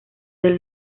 del